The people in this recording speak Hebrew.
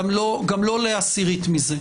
גם לא לעשירית מזה.